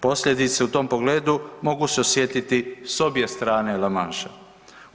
Posljedice u tom pogledu mogu se osjetiti s obje strane La Manche-a.